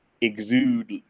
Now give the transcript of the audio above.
exude